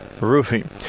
roofing